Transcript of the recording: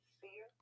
fear